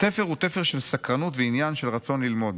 "התפר הוא תפר של סקרנות ועניין, של רצון ללמוד.